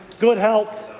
good health,